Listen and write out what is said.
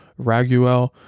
Raguel